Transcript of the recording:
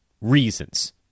reasons